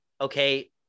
okay